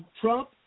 Trump